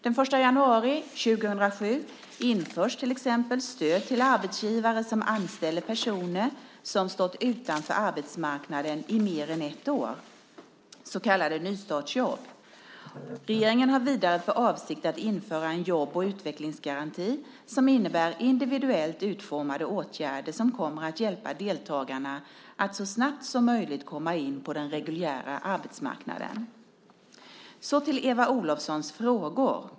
Den 1 januari 2007 införs till exempel stöd till arbetsgivare som anställer personer som stått utanför arbetsmarknaden i mer än ett år, så kallade nystartsjobb. Regeringen har vidare för avsikt att införa en jobb och utvecklingsgaranti som innebär individuellt utformade åtgärder som kommer att hjälpa deltagarna att så snabbt som möjligt komma in på den reguljära arbetsmarknaden. Jag kommer så till Eva Olofssons frågor.